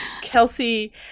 Kelsey